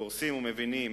מבינים